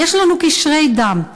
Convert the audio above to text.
יש לנו קשרי דם.